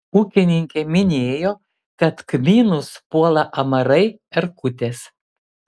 ūkininkė minėjo kad kmynus puola amarai erkutės